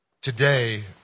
today